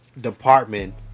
department